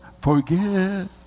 forgive